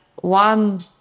one